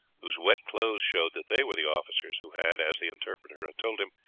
whose wet clothes showed that they were the officers who had, as the interpreter had told him,